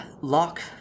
lock